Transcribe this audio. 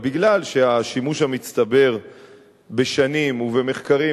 אבל מכיוון שהשימוש המצטבר בשנים ובמחקרים